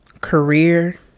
career